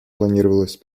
планировалось